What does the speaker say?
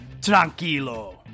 tranquilo